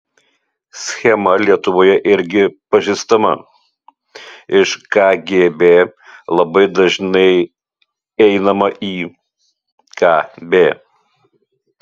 schema lietuvoje irgi pažįstama iš kgb labai dažnai einama į kb